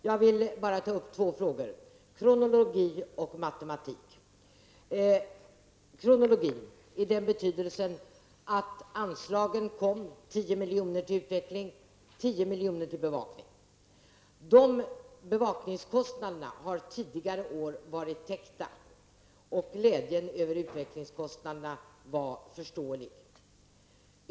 Jag vill bara ta upp två frågor, kronologi och matematik -- kronologi i den betydelsen att anslagen kom i ordningen 10 miljoner till utveckling och 10 miljoner till bevakning. Bevakningskostnaderna har tidigare år varit täckta och glädjen över anslagen till utvecklingskostnaderna var förståelig.